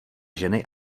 ženy